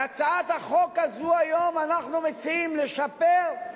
בהצעת החוק הזאת היום אנחנו מציעים לשפר,